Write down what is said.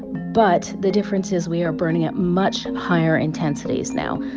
but the difference is we are burning at much higher intensities now,